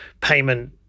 payment